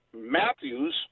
Matthews